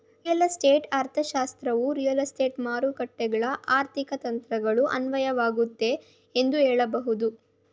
real estate ಅರ್ಥಶಾಸ್ತ್ರವು real estate ಮಾರುಕಟ್ಟೆಗಳ್ಗೆ ಆರ್ಥಿಕ ತಂತ್ರಗಳು ಅನ್ವಯವಾಗುತ್ತೆ ಎಂದು ಹೇಳಬಹುದು